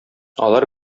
алар